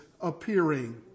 appearing